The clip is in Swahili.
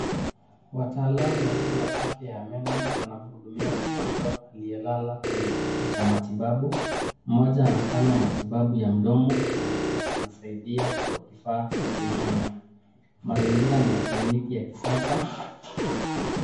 Wataalamu wawili wa meno, wanamhudumia mgonjwa aliyelala kwenye kiti cha matibabu. Mmoja anafanya matibabu ya mdomo, mwingine anasaidia kwa kifaa cha kunyonya. Mazingira ni ya kliniki ya kisasa.